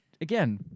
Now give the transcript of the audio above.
again